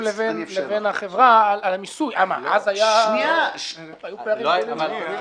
לבין החברה על המיסוי והיו פערים גדולים.